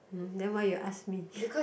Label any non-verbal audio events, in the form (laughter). mm then why you ask me (laughs)